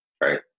right